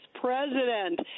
president